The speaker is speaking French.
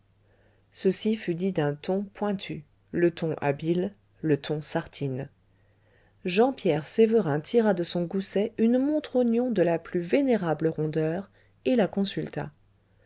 ceci fut dit d'un ton pointu le ton habile le ton sartines jean pierre sévérin tira de son gousset une montre oignon de la plus vénérable rondeur et la